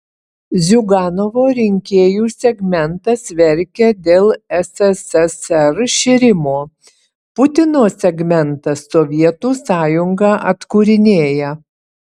ziuganovo rinkėjų segmentas verkia dėl sssr iširimo putino segmentas sovietų sąjungą atkūrinėja